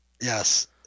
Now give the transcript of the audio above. Yes